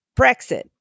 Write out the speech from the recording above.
Brexit